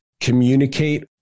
communicate